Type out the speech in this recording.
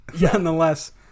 nonetheless